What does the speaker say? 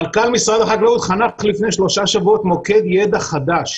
מנכ"ל משרד החקלאות חנך לפני שלושה שבועות מוקד ידע חדש.